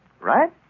Right